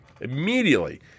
Immediately